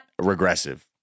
regressive